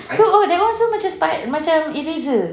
so oh that [one] also macam spi~ macam eraser